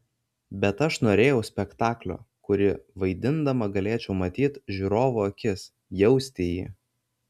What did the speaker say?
bet aš norėjau spektaklio kurį vaidindama galėčiau matyt žiūrovo akis jausti jį